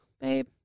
Babe